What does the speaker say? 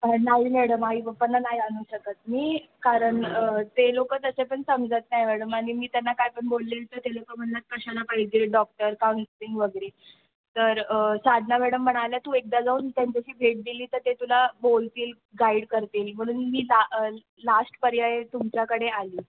नाही मॅडम आई पप्पाना नाही आणू शकत मी कारण ते लोक तसे पण समजत नाही मॅडम आणि मी त्यांना काय पण बोलले तर ते लोक म्हणणार कशाला पाहिजे डॉक्टर काउन्सिलिंग वगैरे तर साधना मॅडम म्हणाल्या तू एकदा जाऊन त्यांच्याशी भेट दिली तर ते तुला बोलतील गाईड करतील म्हणून मी ला लास्ट पर्याय तुमच्याकडे आली